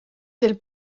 del